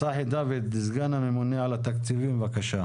דוד, סגן הממונה על התקציבים, בבקשה.